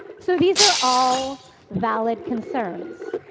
so these are all valid concerns.